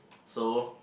so